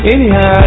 Anyhow